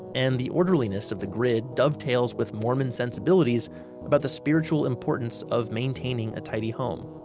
and the orderliness of the grid dovetails with mormon sensibilities about the spiritual importance of maintaining a tidy home.